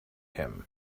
him